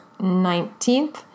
19th